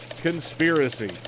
conspiracy